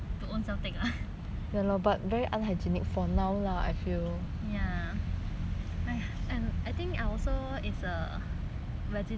ya !aiya! and I also is a vegetarian lover